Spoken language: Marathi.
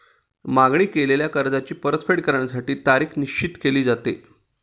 मागणी केलेल्या कर्जाची परतफेड करण्यासाठी तारीख निश्चित केली जाते